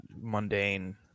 mundane